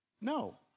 No